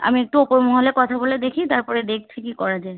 আমি একটু ওপর মহলে কথা বলে দেখি তারপরে দেখছি কী করা যায়